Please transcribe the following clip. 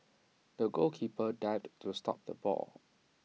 the goalkeeper dived to stop the ball